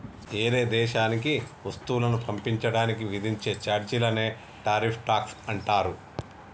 ఏరే దేశానికి వస్తువులను పంపించడానికి విధించే చార్జీలనే టారిఫ్ ట్యాక్స్ అంటారు